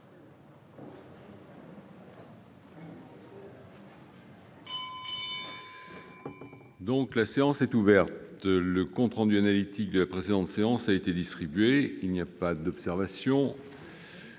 La séance est ouverte. Le compte rendu analytique de la précédente séance a été distribué. Il n'y a pas d'observation